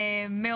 מאוד ריגשת אותי.